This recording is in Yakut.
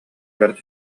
бэрт